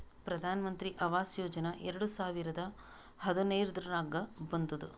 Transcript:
ಪ್ರಧಾನ್ ಮಂತ್ರಿ ಆವಾಸ್ ಯೋಜನಾ ಎರಡು ಸಾವಿರದ ಹದಿನೈದುರ್ನಾಗ್ ಬಂದುದ್